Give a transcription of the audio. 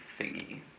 thingy